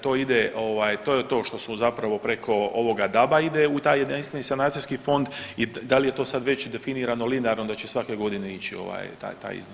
To ide, to je to što zapravo preko ovoga DAB-a ide u taj jedinstveni sanacijski fond i da li je to sad već definirano linearno da će svake godine ići taj iznos.